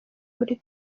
kuri